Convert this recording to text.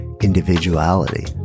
individuality